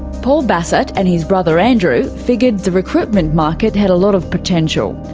paul bassat and his brother andrew figured the recruitment market had a lot of potential,